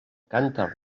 cànter